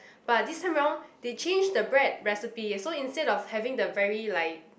but this time round they change the bread recipe so instead of having the very like